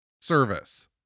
service